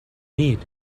need